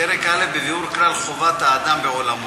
פרק א' בביאור כלל חובת האדם בעולמו.